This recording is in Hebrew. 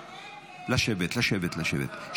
לשבת, לשבת, לשבת.